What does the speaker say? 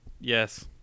Yes